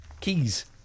Keys